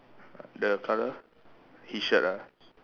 the colour his shirt ah